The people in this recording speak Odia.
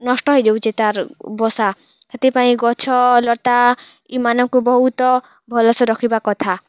ନଷ୍ଟ ହେଇଯାଉଛେ ତା'ର ବସା ହେଥିପାଇଁ ଗଛ ଲତା ଏଇମାନଙ୍କୁ ବହୁତ ଭଲସେ ରଖିବା କଥା